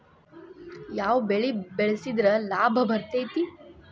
ಯಾವ ಬೆಳಿ ಬೆಳ್ಸಿದ್ರ ಲಾಭ ಬರತೇತಿ?